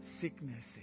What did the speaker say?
sicknesses